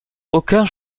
aucun